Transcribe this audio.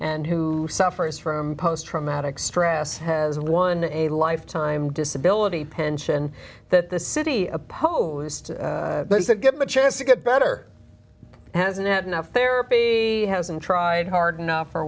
and who suffers from post traumatic stress has won a lifetime disability pension that the city opposed to give him a chance to get better hasn't that enough there be hasn't tried hard enough or